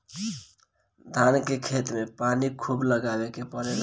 धान के खेत में पानी खुब लगावे के पड़ेला